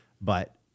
But-